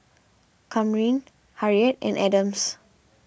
Kamryn Harriett and Adams